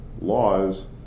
laws